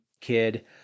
kid